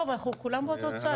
לא, אבל אנחנו כולם באותו צד.